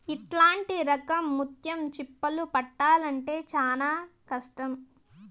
ఇట్లాంటి రకం ముత్యం చిప్పలు పట్టాల్లంటే చానా కష్టం